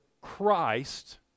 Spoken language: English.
christ